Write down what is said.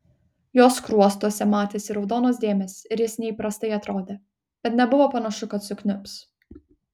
jo skruostuose matėsi raudonos dėmės ir jis neįprastai atrodė bet nebuvo panašu kad sukniubs